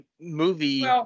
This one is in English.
movie